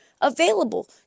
available